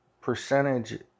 percentage